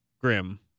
Grim